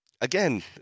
Again